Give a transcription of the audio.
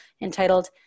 entitled